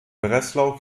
breslau